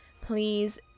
please